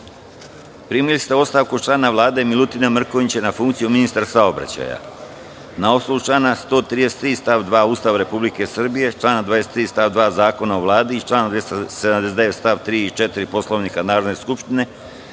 Vlade. Primili ste ostavku člana Vlade Milutina Mrkonjića na funkciju ministra saobraćaja. Na osnovu člana 133. stav 2. Ustava Republike Srbije, člana 23. stav 2. Zakona o Vladi i člana 279. st. 3. i 4. Poslovnika Narodne skupštine,